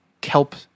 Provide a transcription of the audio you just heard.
kelp